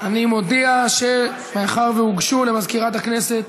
של הכנסת.